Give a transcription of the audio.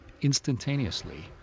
instantaneously